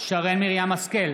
שרן מרים השכל,